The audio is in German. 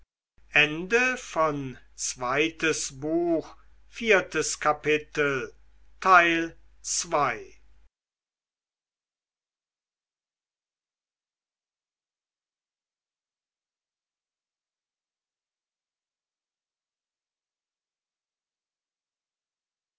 zweites buch erstes kapitel